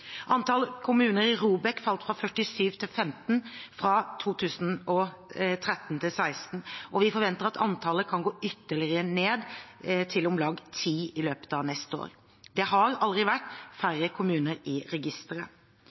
Antall kommuner på ROBEK-listen falt fra 47 til 15 fra 2013 til 2016, og vi forventer at antallet kan gå ytterligere ned, til om lag 10 i løpet av neste år. Det har aldri vært færre kommuner i registeret.